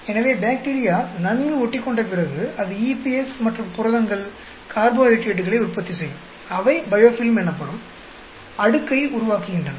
எனவே பாக்டீரியா நன்கு ஒட்டிகொண்டபிறகு அது EPS மற்றும் புரதங்கள் கார்போஹைட்ரேட்டுகளை உற்பத்தி செய்யும் அவை பயோஃபில்ம் எனப்படும் அடுக்கை உருவாக்குகின்றன